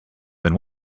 then